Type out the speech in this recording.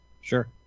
Sure